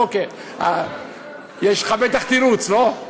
אוקיי, יש לך בטח תירוץ, לא?